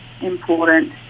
important